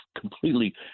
completely